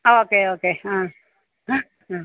okay okay ആ ആ